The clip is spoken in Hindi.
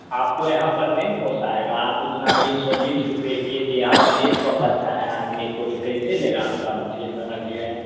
आपको यहाँ पर नहीं न पोसाएगा आप उतना तीन सौ बीस रुपये के जी यहाँ पर एक सौ बच रहा है आदमी को तो कैसे लेगा आपका मछ्ली समझिए